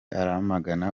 aramagana